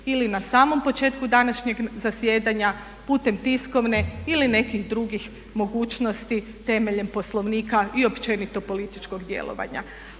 ili na samom početku današnjeg zasjedanja, putem tiskovne ili nekih drugih mogućnosti temeljem Poslovnika i općenito političkog djelovanja.